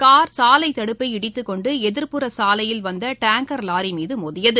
car சாலைத் தடுப்பை இடித்துக் கொண்டு எதிர்புற சாலையில் வந்த டாங்கர் லாரி மீது மோதியது